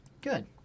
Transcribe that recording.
Good